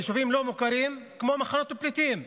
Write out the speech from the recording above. יישובים לא מוכרים, כמו מחנות הפליטים.